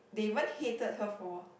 they even hated her for